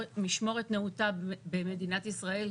משמורת נאותה במדינת ישראל.